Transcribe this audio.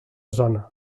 zona